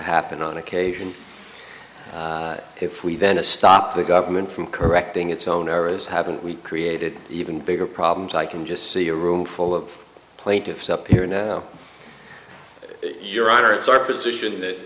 happen on occasion if we then to stop the government from correcting its own errors haven't we created even bigger problems i can just see a roomful of plaintiffs up here now your honor it's our position that